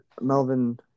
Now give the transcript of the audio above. Melvin